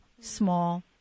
small